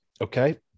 Okay